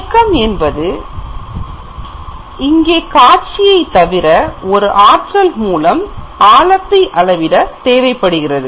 இயக்கம் என்பது இங்கே காட்சியை தவிர ஒரு ஆற்றல் மூலம் ஆழத்தை அளவிட தேவைப்படுகிறது